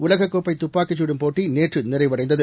உலககோப்பைதுப்பாக்கிச் சுடும் போட்டி நேற்றுநிறைவடைந்தது